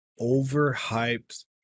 overhyped